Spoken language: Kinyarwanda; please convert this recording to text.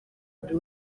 buri